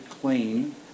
clean